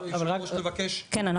אדוני יושב הראש לבקש --- כן,